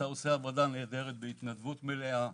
אתה עושה עבודה נהדרת בהתנדבות מלאה.